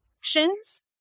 actions